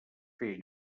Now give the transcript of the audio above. fer